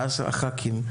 ואז הח"כים.